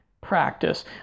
Practice